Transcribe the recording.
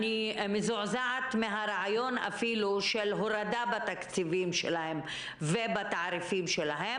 אני אפילו מזועזעת מהרעיון של הורדה בתקציבים ובתעריפים שלהם.